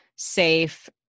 safe